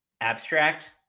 abstract